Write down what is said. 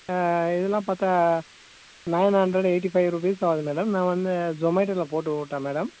இதெல்லாம் பார்த்தா nine hundred eighty five rupees ஆகுது மேடம் நான் வந்து ஸொமேட்டோல போட்டு விட்டா மேடம்